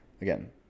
again